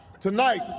TONIGHT